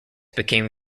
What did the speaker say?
became